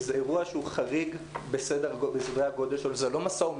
זה אירוע שהוא חריג בסדרי הגודל שלו.